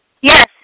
Yes